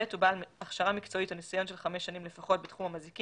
הוא בעל הכשרה מקצועית או ניסיון של חמש שנים לפחות בתחום המזיקים,